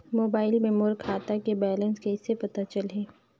Mobile मे मोर खाता के बैलेंस कइसे पता चलही?